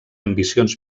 ambicions